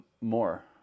more